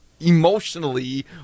emotionally